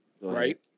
right